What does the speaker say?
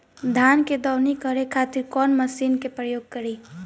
धान के दवनी करे खातिर कवन मशीन के प्रयोग करी?